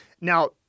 Now